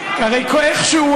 איכשהו,